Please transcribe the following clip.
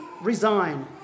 resign